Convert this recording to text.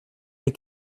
des